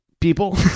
People